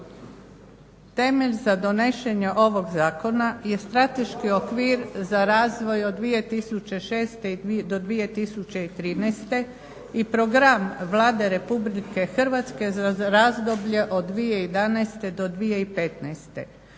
Temelj za donošenje ovog zakona je strateški okvir za razvoj od 2006. do 2013. i program Vlade Republike Hrvatske za razdoblje od 2011. do 2015.